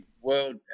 world